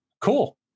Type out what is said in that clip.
Cool